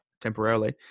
temporarily